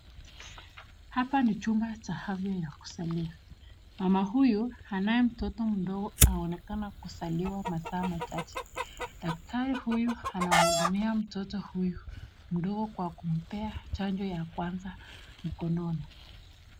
Hapa ni chumba cha afya cha kuzalia. Mama huyu anaye mtoto mdogo anaonekana kuzaliwa masaa machache. Daktari huyu anamuudumia mtoto huyu mdogo kwa kumpea chanjo ya kwanza mkononi.